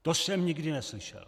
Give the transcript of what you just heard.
To jsem nikdy neslyšel.